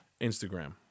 Instagram